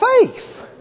faith